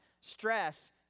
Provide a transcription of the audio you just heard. stress